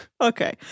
okay